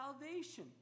salvation